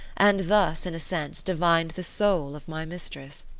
and thus, in a sense, divined the soul of my mistress.